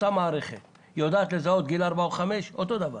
המערכת יודעת לזהות ילד בגיל ארבע ובגיל חמש באותו אופן.